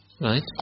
Right